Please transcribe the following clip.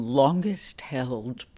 longest-held